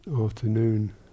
afternoon